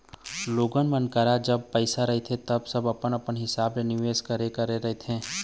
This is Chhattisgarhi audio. लोगन मन करा जब पइसा रहिथे ता सब अपन अपन हिसाब ले निवेस कर करके रखथे